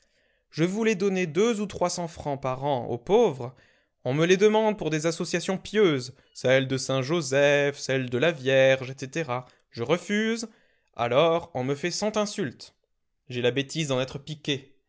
je voulais donner deux ou trois cents francs par an aux pauvres on me les demande pour des associations pieuses celle de saint-joseph celle de la vierge etc je refuse alors on me fait cent insultes j'ai la bêtise d'en être piqué